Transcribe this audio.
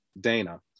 Dana